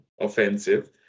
offensive